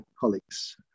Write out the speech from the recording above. colleagues